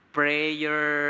prayer